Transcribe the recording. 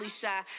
shy